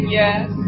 yes